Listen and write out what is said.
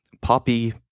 poppy